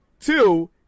Two